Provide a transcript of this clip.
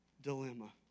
Dilemma